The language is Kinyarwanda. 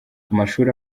amashuri